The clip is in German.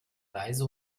reise